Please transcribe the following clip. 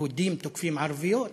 יהודים תוקפים ערביות,